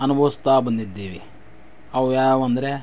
ಅನುಭವಿಸ್ತಾ ಬಂದಿದ್ದೇವೆ ಅವು ಯಾವು ಅಂದರೆ